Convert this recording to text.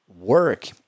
work